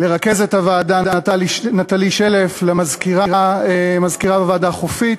רכזת הוועדה, נטלי שלף, למזכירה בוועדה, חופית.